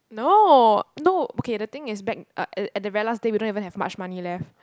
no no okay the thing is back uh at the very last day we don't even have much money left